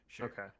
okay